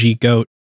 goat